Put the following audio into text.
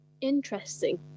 Interesting